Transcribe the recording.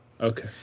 Okay